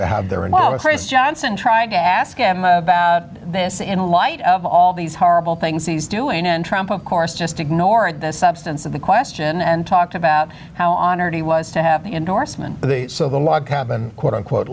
to have their analysis johnson trying to ask him about this in light of all these horrible things he's doing and trump of course just ignoring the substance of the question and talked about how honored he was to have endorsement so the log cabin quote unquote